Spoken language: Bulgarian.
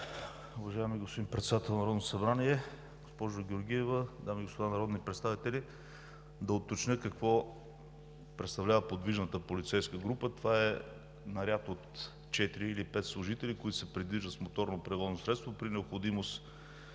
Уважаеми господин Председател, госпожо Георгиева, дами и господа народни представители! Да уточня какво представлява подвижната полицейска група – това е наряд от четири или пет служители, които се придвижват с моторно превозно средство. При необходимост